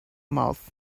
mouth